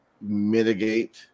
mitigate